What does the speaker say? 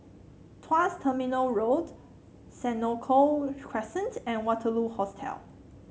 Tuas Terminal Road Senoko Crescent and Waterloo Hostel